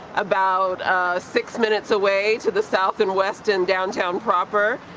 about six minutes away to the south and west, in downtown proper,